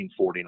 1949